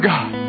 God